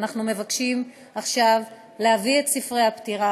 ואנחנו מבקשים עכשיו להביא את ספרי הפטירה,